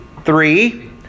Three